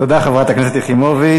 תודה, חברת הכנסת יחימוביץ.